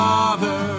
Father